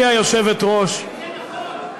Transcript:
היושבת-ראש, מיקי זוהר פורש,